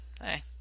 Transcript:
hey